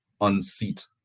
unseat